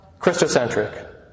Christocentric